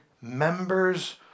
members